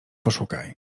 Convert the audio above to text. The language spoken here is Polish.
poszukaj